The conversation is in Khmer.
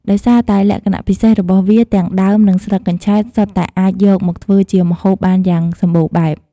ដោយសារតែលក្ខណៈពិសេសរបស់វា ទាំងដើម និងស្លឹកកញ្ឆែតសុទ្ធតែអាចយកមកធ្វើជាម្ហូបបានយ៉ាងសម្បូរបែប។